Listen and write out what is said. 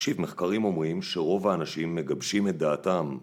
תקשיב, מחקרים אומרים שרוב האנשים מגבשים את דעתם